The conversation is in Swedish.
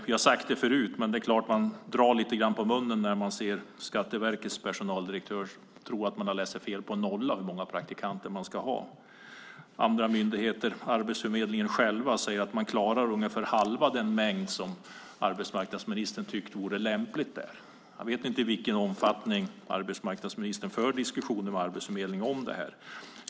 Jag har sagt det förut, men det är klart att man drar lite grann på munnen när man ser att Skatteverkets personaldirektör trodde att hon hade läst fel på en nolla när det gällde hur många praktikanter Skatteverket ska ha. Arbetsförmedlingen själv säger att den klarar ungefär halva den mängd som arbetsmarknadsministern tycker vore lämplig där. Jag vet inte i vilken omfattning arbetsmarknadsministern för diskussioner med Arbetsförmedlingen om detta.